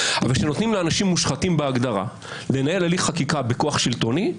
אבל כשנותנים לאנשים מושחתים בהגדרה לנהל הליך חקיקה בכוח שלטוני,